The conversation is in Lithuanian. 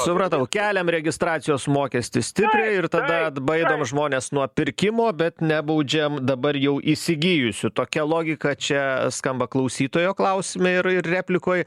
supratau keliam registracijos mokestį stipriai ir tada atbaidom žmones nuo pirkimo bet ne baudžiam dabar jau įsigijusių tokia logika čia skamba klausytojo klausime ir ir replikoj